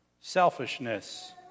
selfishness